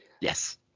Yes